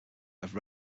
have